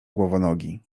głowonogi